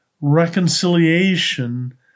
reconciliation